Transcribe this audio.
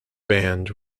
band